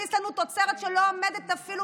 להכניס לנו תוצרת שלא עומדת אפילו